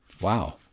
Wow